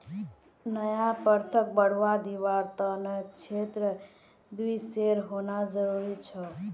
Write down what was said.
नया प्रथाक बढ़वा दीबार त न क्षेत्र दिवसेर होना जरूरी छोक